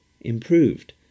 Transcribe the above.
improved